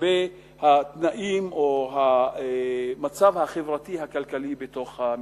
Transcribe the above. לגבי התנאים או המצב החברתי-הכלכלי בתוך המדינה.